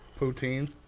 Poutine